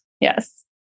yes